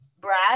Brad